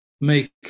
make